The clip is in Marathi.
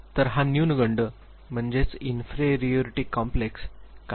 तर हा न्यूनगंड इन्फेरीयोरीटी कॉम्प्लेक्स काही प्रमाणात आपल्या सगळ्यांमध्ये असतो